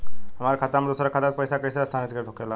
हमार खाता में दूसर खाता से पइसा कइसे स्थानांतरित होखे ला?